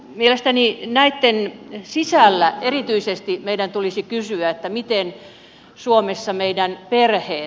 mielestäni näitten sisällä erityisesti meidän tulisi kysyä miten suomessa voivat meidän perhe